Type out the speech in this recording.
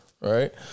right